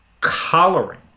coloring